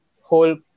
whole